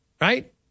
Right